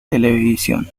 televisión